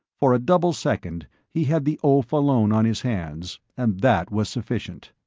for a double second he had the oaf alone on his hands and that was sufficient.